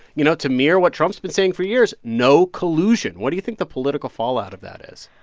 you know to mirror what trump's been saying for years no collusion. what do you think the political fallout of that is?